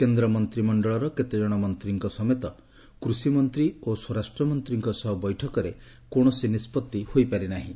କେନ୍ଦ୍ର ମନ୍ତିମଶ୍ଚଳର କେତେ ଜଣ ମନ୍ତ୍ରୀଙ୍କ ସମେତ କୃଷିମନ୍ତ୍ରୀ ଓ ସ୍ୱରାଷ୍ଟ୍ର ମନ୍ତ୍ରୀଙ୍କ ସହ ବୈଠକରେ କୌଣସି ନିଷ୍ପଭି ହୋଇପାରି ନାହିଁ